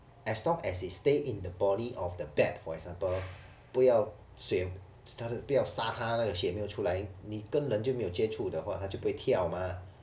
as long as it stay in the body of the bat for example 不要血不要杀它那个血没有出来你根本就没有接触的话他就不会跳嘛